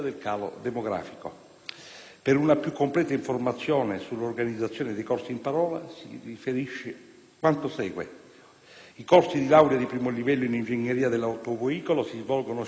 Per una più completa informazione sull'organizzazione dei corsi in parola, si riferisce quanto segue: i corsi di laurea di 1° livello in ingegneria dell'autoveicolo si svolgono sia in italiano che in inglese;